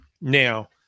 Now